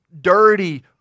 dirty